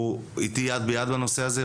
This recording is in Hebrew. הוא איתי יד ביד בנושא הזה,